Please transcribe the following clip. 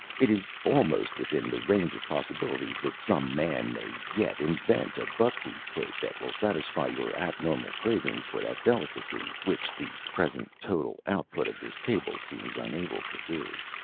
it is almost within the range of possibilities that some man may yet invent a buckwheat cake that will satisfy your abnormal craving for that delicacy, which the present total output of this table seems unable to do.